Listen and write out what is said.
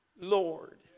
Lord